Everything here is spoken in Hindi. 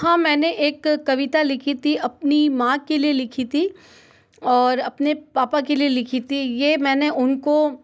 हाँ मैंने एक कविता लिखी थी अपनी माँ के लिए लिखी थी और अपने पापा के लिए लिखी थी ये मैंने उनको